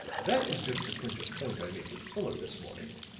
that was just to clinch a point i made with fuller this morning,